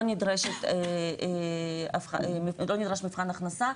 לא נדרש מבחן הכנסה,